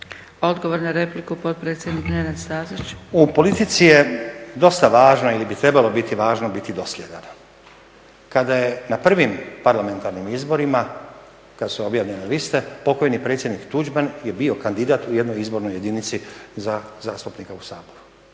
Odgovor na repliku potpredsjednik Nenad Stazić. **Stazić, Nenad (SDP)** U politici je dosta važno ili bi trebalo biti važno biti dosljedan. Kada je na prvim parlamentarnim izborima, kada su objavljene liste pokojni predsjednik Tuđman je bio kandidat u jednoj izbornoj jedinici za zastupnika u Saboru.